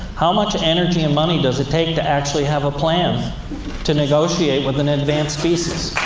how much energy and money does it take to actually have a plan to negotiate with an advanced species?